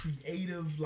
creative